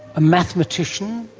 a mathematician,